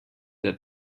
der